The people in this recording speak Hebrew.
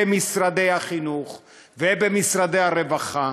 ממשרד החינוך ומשרד הרווחה,